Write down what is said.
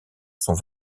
sont